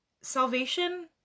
salvation